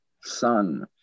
son